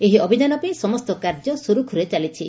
ଏହି ଅଭିଯାନ ପାଇଁ ସମସ୍ତ କାର୍ଯ୍ୟ ସୁରୁଖୁରୁରେ ଚାଲିଛି